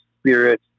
spirit